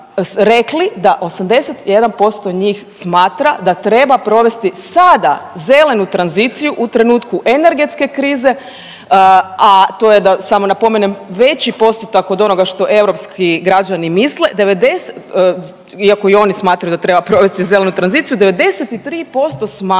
da 81% njih smatra da treba provesti sada zelenu tranziciju u trenutku energetske krize, a to je da samo napomenem veći postotak od onoga što europski građani misle iako i oni smatraju da treba provesti zelenu tranziciju 93% smatra